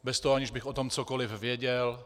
Bez toho, aniž bych o tom cokoliv věděl.